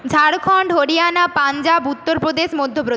Jharkhand Haryana Punjab Uttar Pradesh Madhya